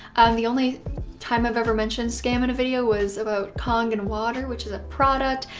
the only time i've ever mentioned scam in a video was about kangen water which is a product.